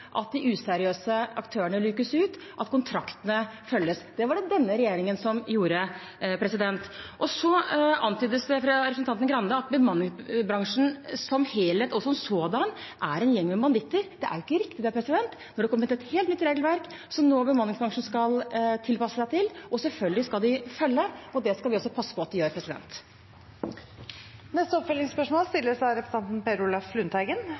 at de useriøse aktørene lukes ut, at kontraktene følges. Det var det denne regjeringen som gjorde. Så antydes det av representanten Grande at bemanningsbransjen som helhet og som sådan er en gjeng med banditter. Det er ikke riktig. Nå er det kommet et helt nytt regelverk, som bemanningsbransjen skal tilpasse seg til – og selvfølgelig følge. Det skal vi også passe på at de gjør. Per Olaf Lundteigen – til oppfølgingsspørsmål.